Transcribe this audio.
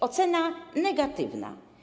Ocena negatywna.